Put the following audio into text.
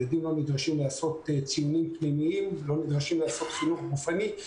לא נדרשים לעשות ציונים פנימיים ולא נדרשים לחינוך גופני.